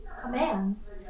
commands